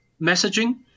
messaging